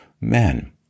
men